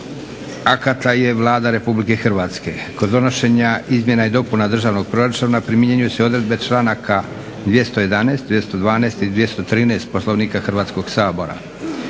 akata je Vlada Republike Hrvatske. Kod donošenja Izmjena i dopuna Državnog proračuna primjenjuju se odredbe članaka 211., 212. i 213. Poslovnika Hrvatskoga sabora.